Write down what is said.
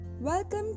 Welcome